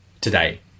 today